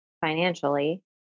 financially